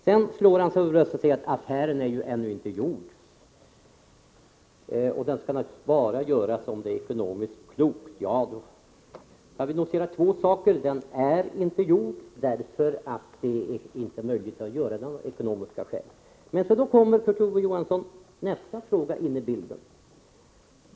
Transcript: Sedan slår han sig för bröstet och säger att affären ju ännu inte är gjord och att den naturligtvis bara skall göras om det är ekonomiskt klokt. Jag vill notera två saker. Affären är inte gjord därför att det inte är möjligt att göra någon ekonomiskt gynnsam affär. Då, Kurt Ove Johansson, kommer nästa fråga in i bilden.